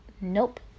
nope